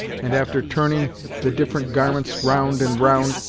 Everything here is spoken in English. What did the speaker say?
and, after turning the different garments round and round,